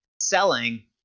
selling